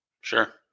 Sure